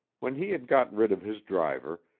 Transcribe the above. when he had got rid of his driver,